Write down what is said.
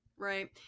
Right